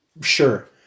sure